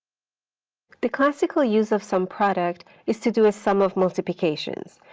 the classical use of sumproduct is to do a sum of multiplications.